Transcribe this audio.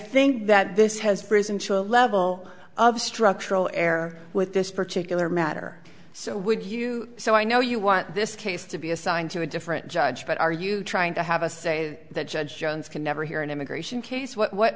think that this has risen to a level of structural air with this particular matter so would you so i know you want this case to be assigned to a different judge but are you trying to have a say that judge jones can never hear an immigration case what